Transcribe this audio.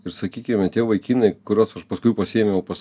ir sakykime tie vaikinai kuriuos aš paskui pasiėmiau pas